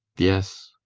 yes,